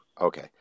Okay